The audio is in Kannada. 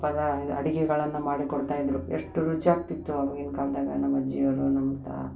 ಪದಾ ಇದು ಅಡುಗೆಗಳನ್ನ ಮಾಡಿ ಕೊಡ್ತಾ ಇದ್ದರು ಎಷ್ಟು ರುಚಿ ಆಗ್ತಿತ್ತು ಅವಾಗಿನ ಕಾಲ್ದಾಗೆ ನಮ್ಮ ಅಜ್ಜಿಯವರು ನಮ್ಮ ತಾತ